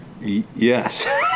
Yes